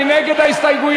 מי נגד ההסתייגויות?